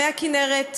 מי הכינרת,